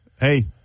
hey